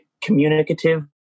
communicative